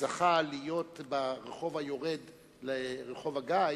יהודה הלוי זכה להיות ברחוב היורד לרחוב הגיא